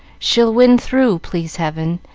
she'll win through, please heaven,